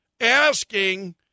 asking